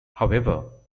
however